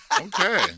Okay